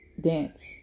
dance